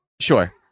Sure